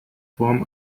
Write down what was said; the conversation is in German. form